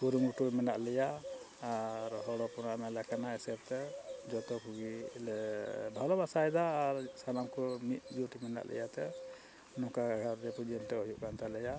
ᱠᱩᱨᱩᱢᱩᱴᱩ ᱢᱮᱱᱟᱜ ᱞᱮᱭᱟ ᱟᱨ ᱦᱚᱲ ᱦᱚᱯᱚᱱᱟᱜ ᱢᱮᱞᱟ ᱠᱟᱱᱟ ᱦᱤᱥᱟᱹᱵᱽ ᱛᱮ ᱡᱷᱚᱛᱚ ᱠᱚᱜᱮ ᱞᱮ ᱵᱷᱟᱞᱚᱵᱟᱥᱟᱭᱫᱟ ᱟᱨ ᱥᱟᱱᱟᱢ ᱠᱚ ᱢᱤᱫ ᱡᱩᱴ ᱢᱮᱱᱟᱜ ᱞᱮᱭᱟ ᱛᱮ ᱱᱚᱝᱠᱟ ᱟᱨ ᱯᱩᱡᱟᱹ ᱱᱤᱛᱳᱜ ᱦᱩᱭᱩᱜ ᱠᱟᱱ ᱛᱟᱞᱮᱭᱟ